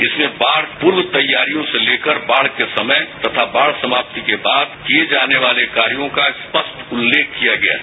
इसलिए बाढ़ पूर्व तैयारियों से लेकर बाढ़ के समय तथा बाढ़ समाप्ति के बाद किये गए कार्यो का स्पष्ट उल्लेख किया गया है